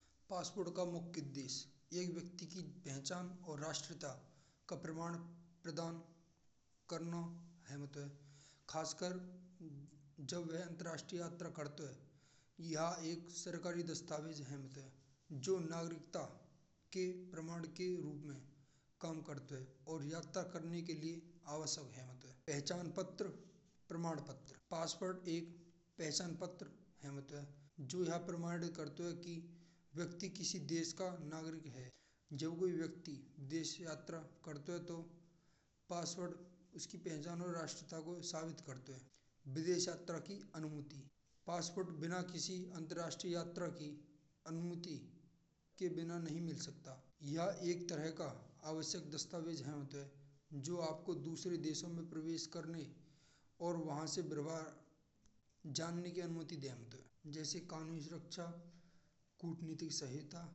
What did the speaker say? पासपोर्ट का मुख्य उद्देश्य एक व्यक्ति की पहचान और राष्ट्रपिता का प्रमाण प्रदान करना है खासकर जो अंतरराष्ट्रीय करते हैं। यह एक सरकारी दस्तावेज है जो नागरिकता के प्रमाण के रूप में काम करता है और यात्रा करने के लिए आवश्यक हेतु है। पहचान पत्र, प्रमाण पत्र, पासपोर्ट एक पहचान पत्र होत है। जो यह प्रमाणित करते हैं कि व्यक्ति किसी देश का नागरिक है। जब कोई व्यक्ति देश यात्रा करता है। तो पासपोर्ट उसकी पहचान और राष्ट्र को साबित करते हैं। विदेश यात्रा की अनुमति पासपोर्ट बिना किसी अंतरराष्ट्रीय यात्रा की अनुमति के बिना नहीं मिल सकता। यह एक तरह का आवश्यक दस्तावेज जो आपको दूसरे देश में प्रवेश कराए और वहां से प्रबाह जनने की अनुमति देता है। जैसे कानून की सुरक्षा, कूट नीति की सहित।